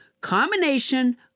combination